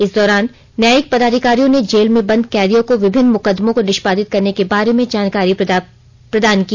इस दौरान न्यायिक पदाधिकारियों ने जेल में बंद कैदियो को विभिन्न मुकददमों को निष्पादित करने के बारे में जानकारी प्रदान की